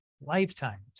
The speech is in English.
lifetimes